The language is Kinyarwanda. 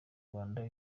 rwanda